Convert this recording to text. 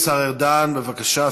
השר ארדן, בבקשה.